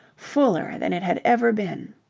fuller than it had ever been.